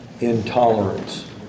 Intolerance